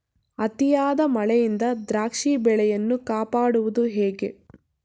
ಅತಿಯಾದ ಮಳೆಯಿಂದ ದ್ರಾಕ್ಷಿ ಬೆಳೆಯನ್ನು ಕಾಪಾಡುವುದು ಹೇಗೆ?